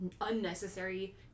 unnecessary